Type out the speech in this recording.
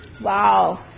Wow